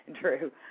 True